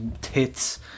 tits